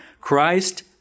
Christ